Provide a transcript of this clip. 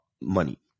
money